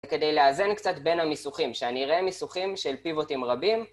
כדי לאזן קצת בין המיסוכים, שאני אראה מיסוכים של פיבוטים רבים